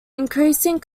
increasing